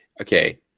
okay